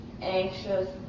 anxious